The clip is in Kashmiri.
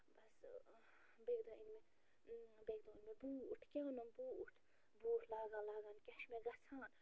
بَس بیٚکہِ دۄہ أنۍ مےٚ بیٚکہِ دۄہ اوٚن مےٚ بوٗٹھ کیٛاہ اوٚنُم بوٗٹھ بوٗٹھ لاگان لاگان کیٛاہ چھُ مےٚ گَژھان